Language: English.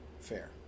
fair